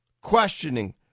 questioning